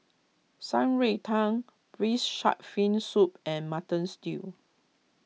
Shan Rui Tang Braised Shark Fin Soup and Mutton Stew